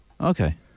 Okay